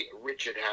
Richard